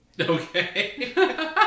Okay